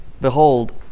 behold